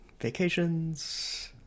vacations